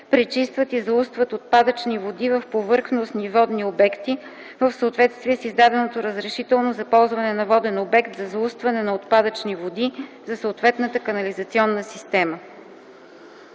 пречистват и заустват отпадъчни води в повърхностни водни обекти в съответствие с издаденото разрешително за ползване на воден обект за заустване на отпадъчни води за съответната канализационна система.”